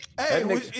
Hey